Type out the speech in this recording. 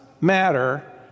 matter